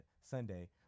Sunday